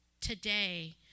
today